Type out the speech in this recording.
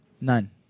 None